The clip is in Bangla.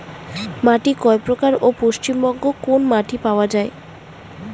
মাটি কয় প্রকার ও পশ্চিমবঙ্গ কোন মাটি পাওয়া য়ায়?